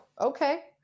Okay